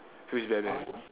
feels very bad